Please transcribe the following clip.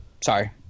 Sorry